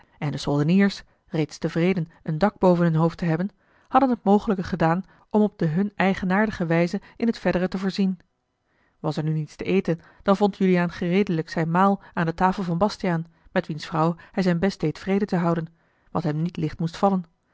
en de soldeniers reeds tevreden een dak boven hun hoofd te hebben hadden het mogelijke gedaan om op de hun eigenaardige wijze in het verdere te voorzien was er nu niets te eten dan vond uliaan eel gereedelijk zijn maal aan de tafel van bastiaan met wiens vrouw hij zijn best deed vrede te houden wat hem niet licht moest vallen